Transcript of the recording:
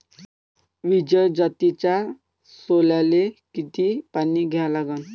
विजय जातीच्या सोल्याले किती पानी द्या लागन?